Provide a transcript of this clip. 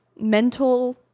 mental